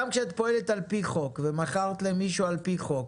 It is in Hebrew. גם כשאת פועלת על פי חוק ומכרת למישהו על פי חוק,